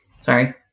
Sorry